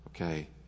okay